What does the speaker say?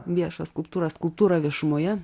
viešą skulptūrą skulptūra viešumoje